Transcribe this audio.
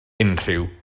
unrhyw